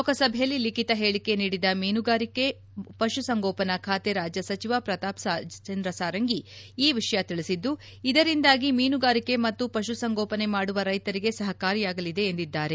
ಲೋಕಸಭೆಯಲ್ಲಿ ಲಿಖಿತ ಹೇಳಕೆ ನೀಡಿದ ಮೀನುಗಾರಿಕೆ ಪಶುಸಂಗೋಪನಾ ಖಾತೆ ರಾಜ್ಯ ಸಚಿವ ಪ್ರತಾಪ್ ಚಂದ್ರ ಸಾರಂಗಿ ಈ ವಿಷಯ ತಿಳಿಸಿದ್ದು ಇದರಿಂದಾಗಿ ಮೀನುಗಾರಿಕೆ ಮತ್ತು ಪಶುಸಂಗೋಪನೆ ಮಾಡುವ ರೈತರಿಗೆ ಸಹಕಾರಿಯಾಗಲಿದೆ ಎಂದಿದ್ದಾರೆ